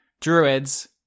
druids